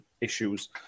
issues